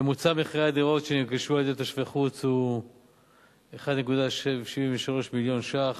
ממוצע מחירי הדירות שנרכשו על-ידי תושבי חוץ הוא 1.73 מיליון ש"ח,